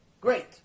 great